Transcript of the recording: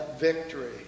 victory